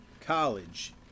college